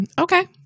okay